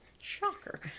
shocker